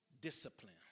discipline